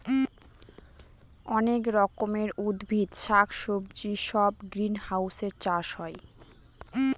অনেক রকমের উদ্ভিদ শাক সবজি সব গ্রিনহাউসে চাষ হয়